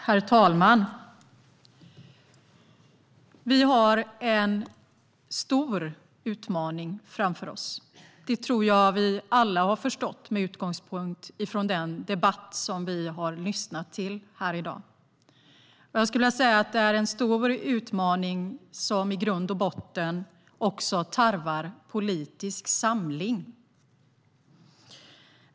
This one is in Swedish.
Herr talman! Vi har en stor utmaning framför oss. Det tror jag att vi alla har förstått, med utgångspunkt i den debatt som vi har lyssnat till här i dag. Det är en stor utmaning som i grund och botten tarvar politisk samling.